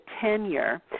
tenure